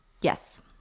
Yes